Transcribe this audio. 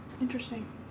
interesting